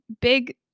big